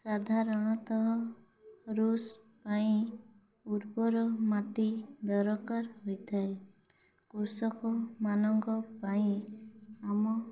ସାଧାରଣତଃ ରୁଷ ପାଇଁ ଉର୍ବର ମାଟି ଦରକାର ହୋଇଥାଏ କୃଷକ ମାନଙ୍କ ପାଇଁ ଆମ